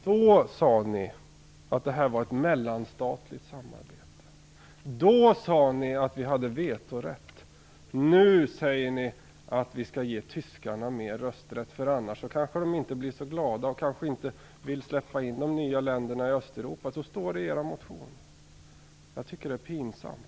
Herr talman! Då sade ni att det här var ett mellanstatligt samarbete. Då sade ni att vi hade vetorätt. Nu säger ni att vi skall ge tyskarna mer rösträtt för annars kanske de inte blir så glada och kanske inte vill släppa in de nya länderna i Östeuropa. Så står det i er motion. Jag tycker det är pinsamt.